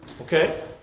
okay